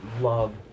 love